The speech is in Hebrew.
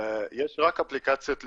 יש רק אפליקציות לדוגמה,